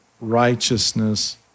righteousness